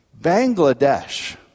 Bangladesh